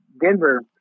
Denver